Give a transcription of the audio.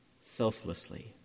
selflessly